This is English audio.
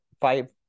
five